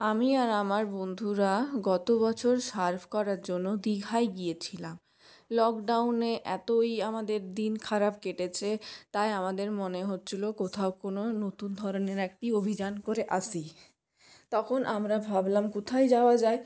আমি আর আমার বন্ধুরা গত বছর সার্ফ করার জন্য দীঘায় গিয়েছিলাম লকডাউনে এতই আমাদের দিন খারাপ কেটেছে তাই আমাদের মনে হচ্ছিলো কোথাও কোনো নতুন ধরনের একটি অভিযান করে আসি তখন আমরা ভাবলাম কোথায় যাওয়া যায়